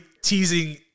teasing